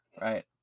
Right